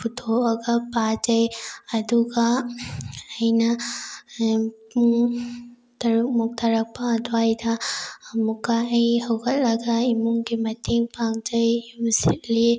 ꯄꯨꯊꯣꯛꯑꯒ ꯄꯥꯖꯩ ꯑꯗꯨꯒ ꯑꯩꯅ ꯄꯨꯡ ꯇꯔꯨꯛꯃꯨꯛ ꯇꯥꯔꯛꯄ ꯑꯗ꯭ꯋꯥꯏꯗ ꯑꯃꯨꯛꯀ ꯑꯩ ꯍꯧꯒꯠꯂꯒ ꯏꯃꯨꯡꯒꯤ ꯃꯇꯦꯡ ꯄꯥꯡꯖꯩ ꯌꯨꯝ ꯁꯤꯠꯂꯤ